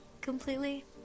completely